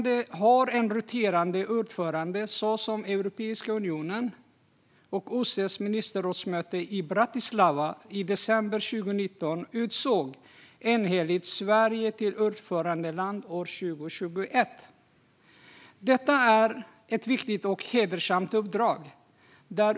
OSSE har en roterande ordförande, liksom Europeiska unionen. OSSE:s ministerrådsmöte i Bratislava i december 2019 utsåg enhälligt Sverige till ordförandeland 2021. Detta är ett viktigt och hedersamt uppdrag.